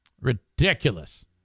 Ridiculous